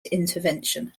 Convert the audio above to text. intervention